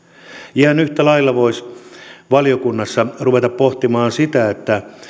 ihan yhtä lailla voisi valiokunnassa ruveta pohtimaan sitä